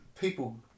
people